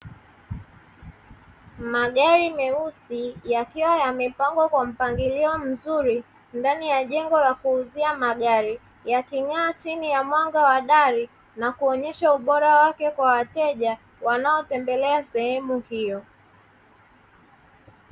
Magari meusi yakiwa yamepangwa kwa mpangilio mzuri ndani ya jengo la kuuzia magari, yaking'aa chini ya mwanga wa dari na kuonyesha ubora wake kwa wateja wanaotembelea sehemu hiyo.